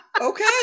Okay